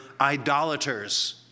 idolaters